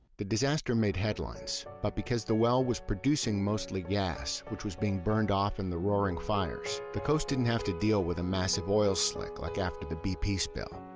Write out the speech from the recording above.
the disaster made headlines but because the well was producing mostly gas, which was being burned off in the roaring fires, fires, the coast didn't have to deal with a massive oil slick like after the bp spill.